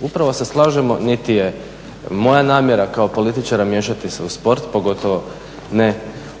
upravo se slažemo, niti je moja namjera kao političara miješati se u sport, pogotovo ne